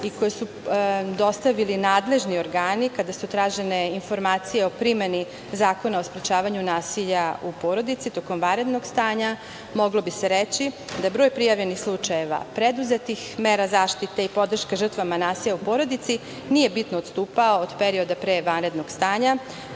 i koji su dostavili nadležni organi, kada su tražene informacije o primeni Zakona o sprečavanju nasilja u porodici, tokom vanrednog stanja, moglo bi se reći da broj prijavljenih slučajeva preduzetih mera zaštite i podrške žrtvama nasilja u porodici, nije bitno odstupao od perioda pre vanrednog stanja.